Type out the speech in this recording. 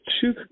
Two